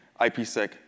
IPsec